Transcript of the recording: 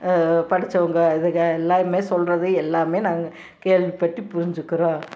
படிச்சவங்க இதுகள் எல்லாருமே சொல்லுறது எல்லாமே நாங்கள் கேள்விப்பட்டு புரிஞ்சிக்கிறோம்